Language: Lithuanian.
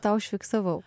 tą užfiksavau